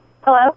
Hello